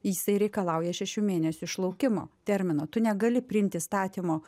jisai reikalauja šešių mėnesių išlaukimo termino tu negali priimt įstatymo